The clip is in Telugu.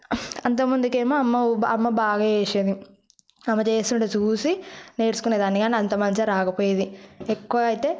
అంతకముందుఏమో అమ్మ ఉప్మా అమ్మ బాగా చేసే చేసేను ఆమె చేసుడు చూసి నేర్చుకునేదాన్ని కాని అంత మంచిగా రాకపోయేది ఎక్కువ అయితే